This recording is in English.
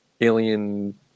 alien